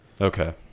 Okay